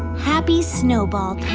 happy snow ball,